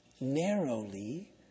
narrowly